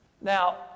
Now